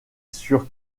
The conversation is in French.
sur